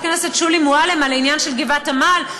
הכנסת שולי מועלם על העניין של גבעת עמל,